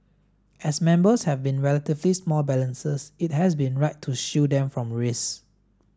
as members have been relatively small balances it has been right to shield them from risk